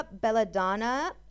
belladonna